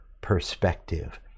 perspective